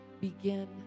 begin